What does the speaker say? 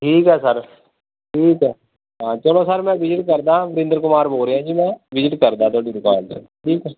ਠੀਕ ਹੈ ਸਰ ਠੀਕ ਹੈ ਹਾਂ ਚਲੋ ਸਰ ਮੈਂ ਵਿਜਿਟ ਕਰਦਾ ਅਮਰਿੰਦਰ ਕੁਮਾਰ ਬੋਲ ਰਿਹਾ ਜੀ ਮੈਂ ਵਿਜਿਟ ਕਰਦਾ ਤੁਹਾਡੀ ਦੁਕਾਨ 'ਤੇ ਠੀਕ ਹੈ